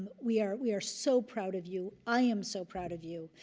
we are we are so proud of you. i am so proud of you.